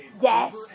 yes